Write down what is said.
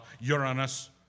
Uranus